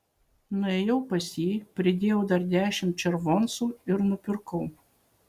nuėjau pas jį pridėjau dar dešimt červoncų ir nupirkau